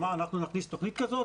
מה, אנחנו נכניס תוכנית כזאת?